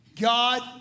God